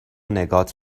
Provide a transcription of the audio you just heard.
نگات